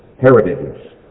heritages